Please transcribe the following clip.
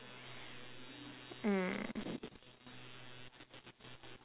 mm